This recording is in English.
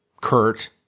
kurt